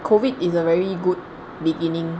COVID is a very good beginning